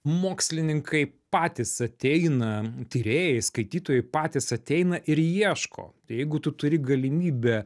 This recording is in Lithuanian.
mokslininkai patys ateina tyrėjai skaitytojai patys ateina ir ieško tai jeigu tu turi galimybę